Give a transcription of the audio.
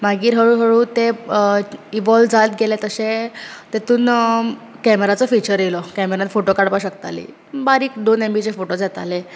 मागीर हळु हळु ते इवोल्व जायत गेले तशें तेतूंत कॅमराचो फिचर येयलो कॅमेरान फोटो काडपाक शकताली बारीक दोन एमबीचे फोटोज येताले